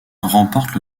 remporte